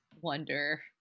wonder